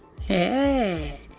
hey